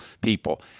people